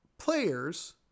players